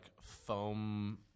foam